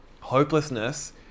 Hopelessness